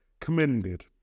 commended